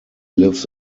lives